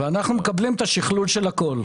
ואנחנו מקבלים את השקלול של הכול.